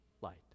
light